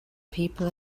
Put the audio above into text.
people